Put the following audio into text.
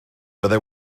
fyddai